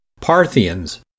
Parthians